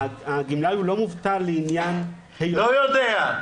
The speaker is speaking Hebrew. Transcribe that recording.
הגמלאי הוא לא מובטל לעניין היותו --- לא יודע,